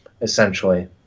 essentially